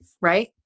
right